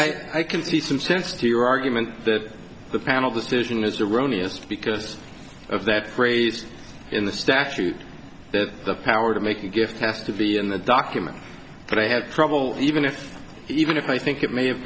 part i can see some sense to your argument that the panel the solution is the room is because of that phrase in the statute that the power to make a gift has to be in the document but i have trouble even if even if i think it may have